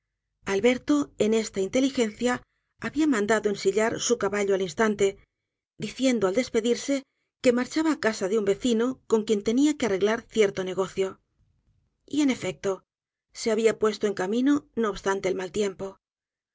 alberto en esta inteligencia habia mandado ensillar su caballo al instante diciendo al despedirse que marchaba á caa de un vecino con quien tenia que arreglar cierto negocio y en efecto se habia puesto en camino no obstante el mal tiempo